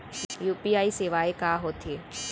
UPI सेवाएं का होथे?